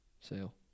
sale